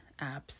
apps